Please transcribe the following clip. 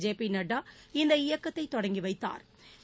J P Nadda இந்த இயக்கத்தை தொடங்கிவைத்தாா்